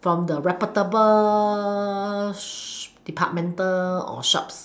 from the reputable sh~ departmental or shops